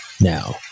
Now